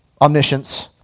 omniscience